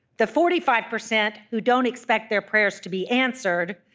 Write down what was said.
the forty five percent who don't expect their prayers to be answered,